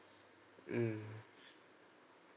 mm